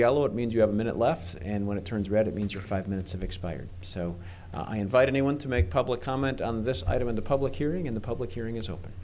yellow it means you have a minute left and when it turns red it means your five minutes of expired so i invite anyone to make public comment on this item in the public hearing in the public hearing is open